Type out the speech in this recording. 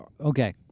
Okay